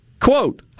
Quote